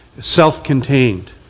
self-contained